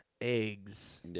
eggs